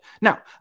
Now